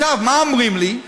עכשיו, מה אומרים לי?